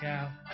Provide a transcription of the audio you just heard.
out